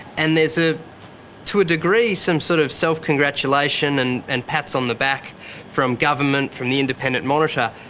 and there's ah to a degree some sort of self-congratulation, and and pats on the back from government, from the independent monitor.